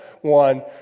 one